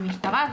משטרה,